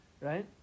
right